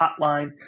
Hotline